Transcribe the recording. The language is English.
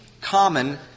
common